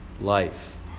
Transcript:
life